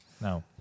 No